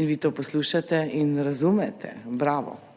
in vi to poslušate in razumete. Bravo,